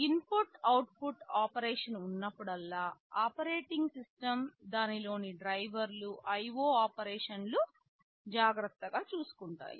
input output operation ఉన్నప్పుడల్లా operating system దానిలోని డ్రైవర్లు IO ఆపరేషన్లను జాగ్రత్తగా చూసుకుంటాయి